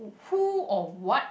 who or what